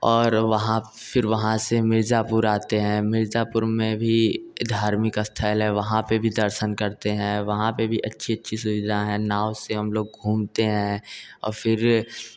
और वहाँ पर फिर वहाँ से मिर्ज़ापुर आते हैं मिर्ज़ापुर में भी धार्मिक स्थल है वहाँ पर भी दर्शन करते हैं वहाँ पर भी अच्छी अच्छी सुविधाएं हैं नाव से हम लोग घूमते हैं और फिर